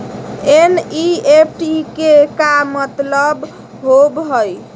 NEFT के का मतलव होव हई?